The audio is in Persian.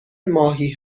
ماهی